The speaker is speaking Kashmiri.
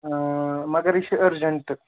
مگر یہِ چھِ أرجنٛٹ